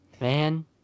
Man